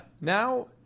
Now